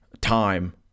time